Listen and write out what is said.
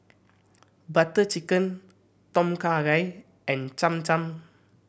Butter Chicken Tom Kha Gai and Cham Cham